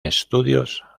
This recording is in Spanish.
estudios